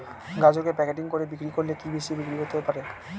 গাজরকে প্যাকেটিং করে বিক্রি করলে কি বেশি বিক্রি হতে পারে?